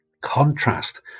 contrast